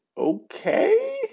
okay